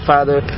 Father